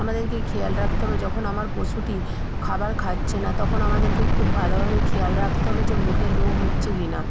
আমাদেরকে খেয়াল রাখতে হবে যখন আমার পশুটি খাবার খাচ্ছে না তখন আমাদেরকে খুব ভালোভাবে খেয়াল রাখতে হবে যে মুখের রোগ হচ্ছে কি না